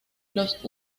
los